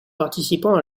participant